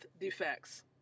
defects